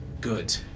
good